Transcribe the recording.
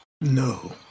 No